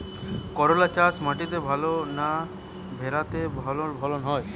করলা চাষ মাটিতে ভালো না ভেরাতে ভালো ফলন হয়?